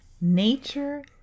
nature